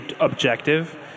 objective